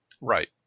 Right